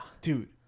Dude